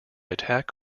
attack